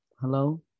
Hello